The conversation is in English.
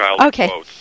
Okay